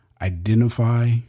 identify